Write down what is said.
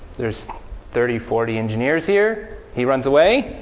there's thirty, forty engineers here. he runs away.